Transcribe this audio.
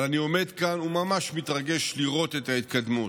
אבל אני עומד כאן וממש מתרגש לראות את ההתקדמות.